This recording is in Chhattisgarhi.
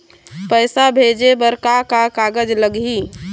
पैसा भेजे बर का का कागज लगही?